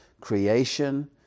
creation